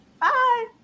bye